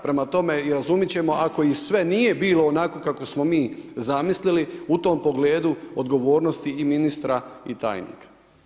Prema tome i razumit ćemo ako i sve nije bilo onako kako smo mi zamislili u tom pogledu odgovornosti i ministra i tajnika.